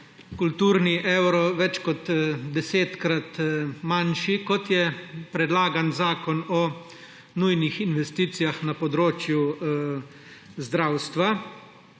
kulturni evro več kot desetkrat manjši, kot je predlagani zakon o nujnih investicijah na področju zdravstva,